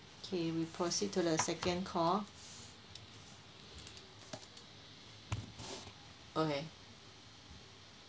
okay we proceed to the second call okay